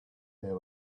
there